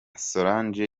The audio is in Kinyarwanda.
solange